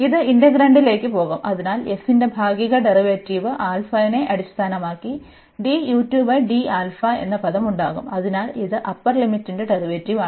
ഇത് ഇന്റഗ്രാൻഡിലേക്ക് പോകും അതിനാൽ fന്റെ ഭാഗിക ഡെറിവേറ്റീവ് നെ അടിസ്ഥാനമാക്കി എന്ന പദം ഉണ്ടാകും അതിനാൽ ഇത് അപ്പർ ലിമിറ്റിന്റെ ഡെറിവേറ്റീവാണ്